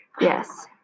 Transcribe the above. Yes